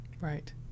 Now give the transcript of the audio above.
right